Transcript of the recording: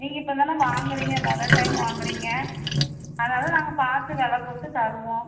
நீங்கள் இப்போ தானே வாங்குறீங்க முத டைம் வாங்குறீங்க அதனால் நாங்கள் பார்த்து வில போட்டு தருவோம்